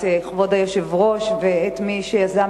את כבוד היושב-ראש ואת מי שיזם,